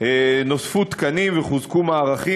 נוספו תקנים וחוזקו מערכים,